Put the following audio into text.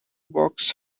box